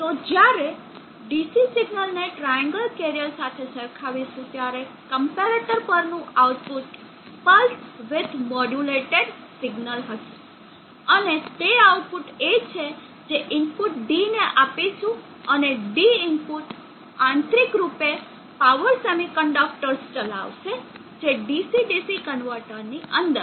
તો જ્યારે dc signal ને ટ્રાએન્ગલ કેરિયર સાથે સરખાવીશું ત્યારે કમ્પેરેટર પરનું output pulse width modulated signal હશે અને તે આઉટપુટ એ છે જે ઇનપુટ d ને આપીશું અને d ઈનપુટ આંતરિક રૂપે પાવર સેમિકન્ડક્ટર્સ ચલાવશે જે ડીસી ડીસી કન્વર્ટરની અંદર છે